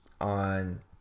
on